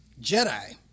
Jedi